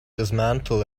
dismantle